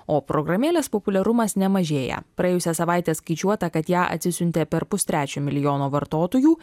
o programėlės populiarumas nemažėja praėjusią savaitę skaičiuota kad ją atsisiuntė per pustrečio milijono vartotojų